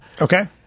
Okay